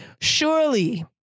surely